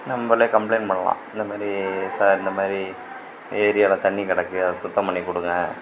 நம்பளே கம்ப்ளைண்ட் பண்ணலாம் இந்த மாதிரி சார் இந்த மாதிரி ஏரியாவில தண்ணி கிடக்கு அதை சுத்தம் பண்ணிக் கொடுங்க